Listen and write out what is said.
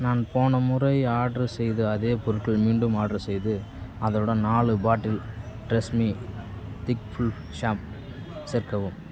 நான் போன முறை ஆட்ரு செய்த அதே பொருட்களை மீண்டும் ஆட்ரு செய்து அதனுடன் நாலு bottle TRESemme thick full shampoo சேர்க்கவும்